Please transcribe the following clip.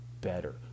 better